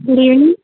good evening